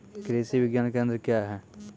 कृषि विज्ञान केंद्र क्या हैं?